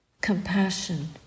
compassion